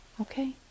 Okay